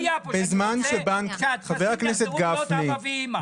מה היה פה שאני רוצה שהטפסים יחזרו להיות עם "אבא" ו"אימא"?